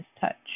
touch